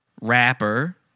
rapper